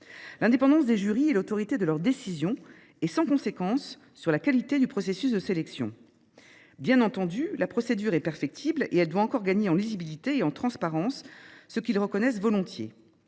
L’indépendance des jurys et l’autorité de leurs décisions sont sans conséquence sur la qualité du processus de sélection. Bien entendu, la procédure est perfectible et doit encore gagner en lisibilité et en transparence – les membres des jurys le reconnaissent volontiers.